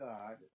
God